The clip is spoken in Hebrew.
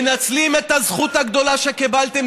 מנצלים את הזכות הגדולה שקיבלתם,